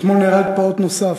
אתמול נהרג פעוט נוסף,